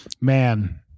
man